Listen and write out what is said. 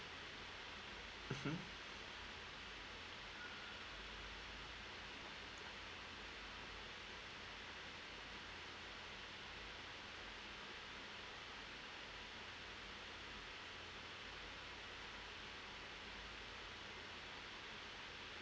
mmhmm